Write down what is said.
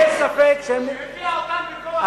על-ידי הציונות שהביאה אותם בכוח לפה,